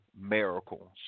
miracles